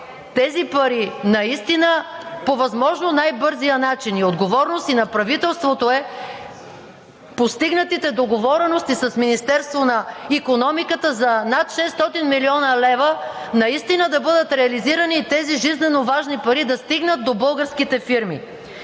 тези пари наистина по възможно най-бързия начин и отговорност на правителството е постигнатите договорености с Министерството на икономиката за над 600 млн. лв. наистина да бъдат реализирани и тези жизненоважни пари да стигнат до българските фирми.